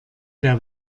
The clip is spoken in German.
der